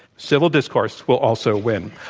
civil discourse will also win.